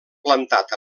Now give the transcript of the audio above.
plantat